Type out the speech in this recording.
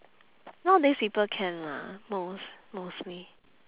nowadays people can lah most mostly